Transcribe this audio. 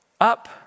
up